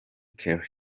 kelly